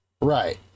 Right